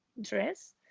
dress